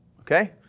okay